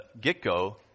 get-go